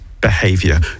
behavior